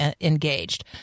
engaged